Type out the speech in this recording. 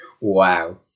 wow